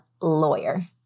lawyer